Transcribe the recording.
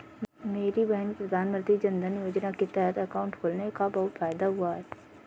मेरी बहन का प्रधानमंत्री जनधन योजना के तहत अकाउंट खुलने से बहुत फायदा हुआ है